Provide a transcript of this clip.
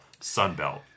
Sunbelt